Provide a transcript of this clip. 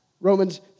Romans